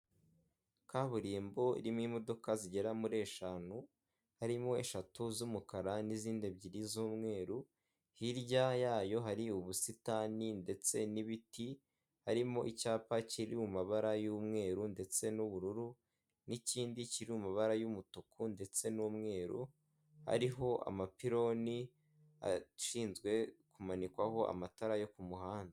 Kaburimbo irimo imodoka zigera muri eshanu, harimo eshatu z'umukara n'izindi ebyiri z'umweru, hirya yayo hari ubusitani ndetse n'ibiti harimo icyapa kiri mu mabara y'umweru ndetse n'ubururu n'ikindi kiri mu mabara y'umutuku ndetse n'umweru, hariho amapiloni ashinzwe kumanikwaho amatara yo ku muhanda.